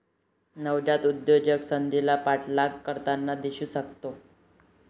नवजात उद्योजक संधीचा पाठलाग करताना दिसू शकतो